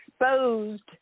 exposed